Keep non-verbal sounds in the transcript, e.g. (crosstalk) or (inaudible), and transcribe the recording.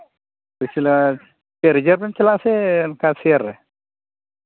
(unintelligible) reserve ᱨᱮᱢ ᱪᱟᱞᱟᱜ ᱟᱥᱮ ᱚᱱᱠᱟ ᱥᱮᱭᱟᱨ ᱨᱮ